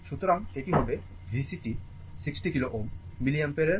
সুতরাং এটি হবে VCt 60 kilo Ω মিলিঅ্যাম্পিয়ারের উপরে